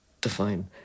define